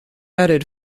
added